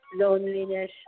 loneliness